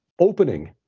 opening